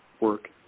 work